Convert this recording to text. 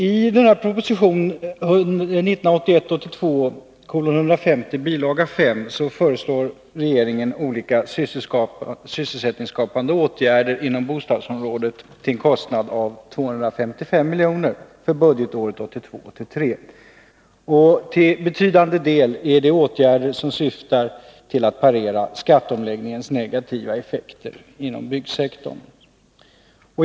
I proposition 1981 83. Till betydande del är detta åtgärder som syftar till att parera skatteomläggningens negativa effekter inom byggsektorn.